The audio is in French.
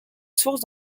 source